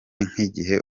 nk’igihe